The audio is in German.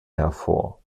hervor